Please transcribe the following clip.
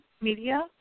media